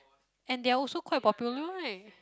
and they're also quite popular right